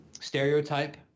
stereotype